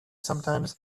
sometimes